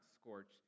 scorched